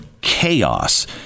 chaos